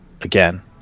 again